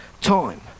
time